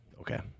Okay